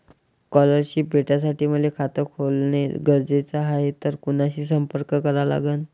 Scholarship भेटासाठी मले खात खोलने गरजेचे हाय तर कुणाशी संपर्क करा लागन?